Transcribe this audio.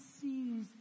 sees